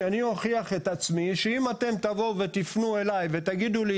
שאני אוכיח את עצמי שאם אתם תבואו ותפנו אליי ותגידו לי,